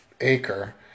acre